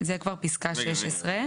אתה יכול להציג את ההצעה שלי.